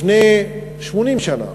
לפני 80 שנה,